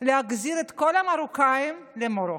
להחזיר את כל המרוקאים למרוקו.